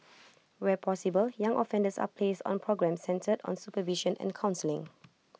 where possible young offenders are placed on programmes centred on supervision and counselling